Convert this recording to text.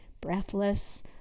breathless